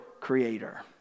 creator